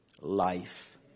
life